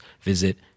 visit